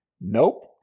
Nope